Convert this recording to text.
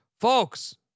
folks